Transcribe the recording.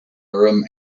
urim